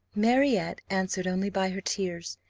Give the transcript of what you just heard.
marriott answered only by her tears,